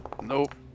Nope